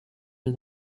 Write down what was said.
are